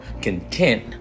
content